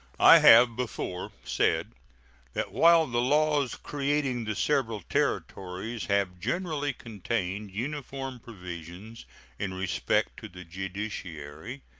i have before said that while the laws creating the several territories have generally contained uniform provisions in respect to the judiciary,